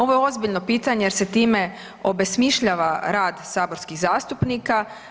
Ovo je ozbiljno pitanje jer se time obesmišljava rad saborskih zastupnika.